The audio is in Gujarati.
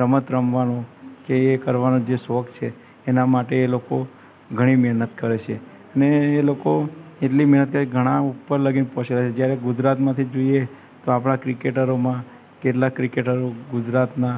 રમત રમવાનું કે એ કરવાનો જે શોખ છે એના માટે એ લોકો ઘણી મહેનત કરે છે અને એ લોકો એટલી મહેનત કરે છે ઘણા ઉપર સુધી પહોંચે છે જ્યારે ગુજરાતમાંથી જ જોઈએ તો આપણા ક્રિકેટરોમાં કેટલાક ક્રિકેટરો ગુજરાતના